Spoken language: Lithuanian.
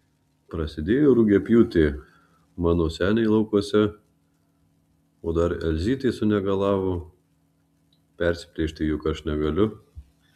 prasidėjo rugiapjūtė mano seniai laukuose o dar elzytė sunegalavo persiplėšti juk aš negaliu